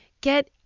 get